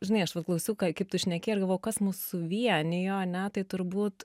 žinai aš va klausiau ką kaip tu šneki ir galvojau kas mus su vienijo ane tai turbūt